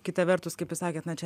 kita vertus kaip jūs sakėt na čia